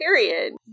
Period